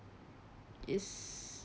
it's